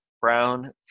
Brown